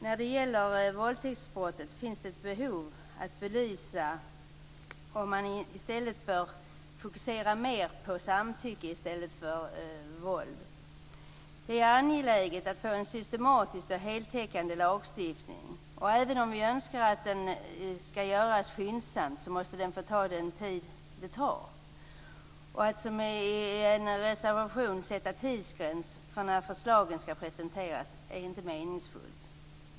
När det gäller våldtäktsbrott finns det behov av att belysa frågan om att fokusera mer på samtycke i stället för våld. Det är angeläget att få en systematisk och heltäckande lagstiftning. Även om vi önskar att det skall ske skyndsamt, måste det hela få ta den tid det tar. Det är inte meningsfullt att i en reservation sätta en tidsgräns för när ett förslag skall presenteras.